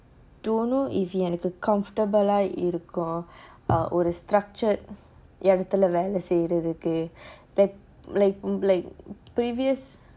don't know if you are comfortable lah இருக்கா:irukka or structured ya இடத்துலவேலசெய்றதுக்கு:idathula vela seirathuku like like previous